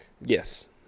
Yes